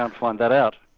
um find that out.